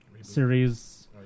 series